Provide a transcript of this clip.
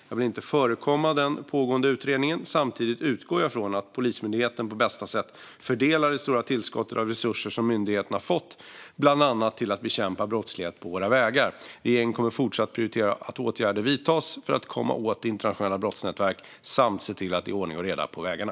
Jag vill inte förekomma den pågående utredningen. Samtidigt utgår jag ifrån att Polismyndigheten på bästa sätt fördelar det stora tillskottet av resurser som myndigheten har fått, bland annat till att bekämpa brottslighet på våra vägar. Regeringen kommer fortsatt att prioritera att åtgärder vidtas för att komma åt internationella brottsnätvek samt se till att det är ordning och reda på vägarna.